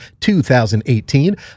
2018